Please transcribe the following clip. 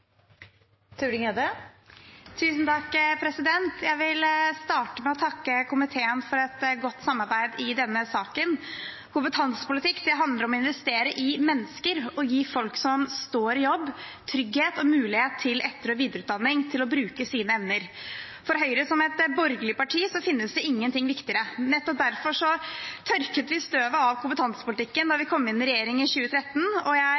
står i jobb, trygghet og mulighet til etter- og videreutdanning, til å bruke sine evner. For Høyre som et borgerlig parti finnes det ingenting viktigere. Nettopp derfor tørket vi støvet av kompetansepolitikken da vi kom inn i regjering i 2013, og jeg er